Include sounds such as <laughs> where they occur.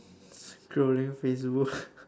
scrolling Facebook <laughs>